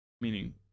Meaning